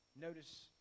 Notice